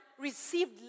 received